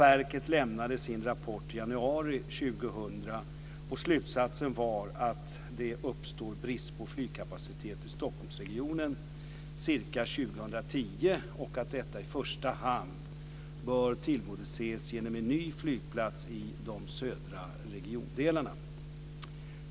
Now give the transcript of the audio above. Verket lämnade sin rapport i januari 2000, och slutsatsen var att det uppstår brist på flygplatskapacitet i Stockholmsregionen ca 2010 och att detta i första hand bör tillgodoses genom en ny flygplats i de södra regiondelarna.